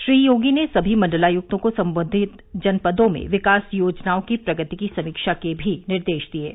श्री योगी ने सभी मंडलायुक्तों को संबंधित जनपदों में विकास योजनाओं की प्रगति की समीक्षा के भी निर्देश दिए हैं